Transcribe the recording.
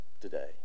today